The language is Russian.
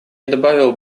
добавил